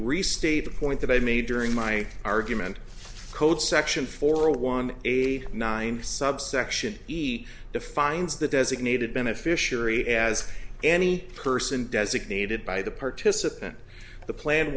restate the point that i made during my argument code section four one eighty nine subsection e defines the designated beneficiary as any person designated by the participant the plan